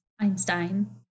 einstein